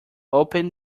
open